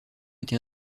été